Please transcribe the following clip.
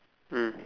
mm